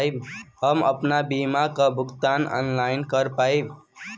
हम आपन बीमा क भुगतान ऑनलाइन कर पाईब?